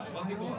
אין שאלה פה,